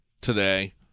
today